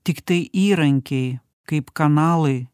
tiktai įrankiai kaip kanalai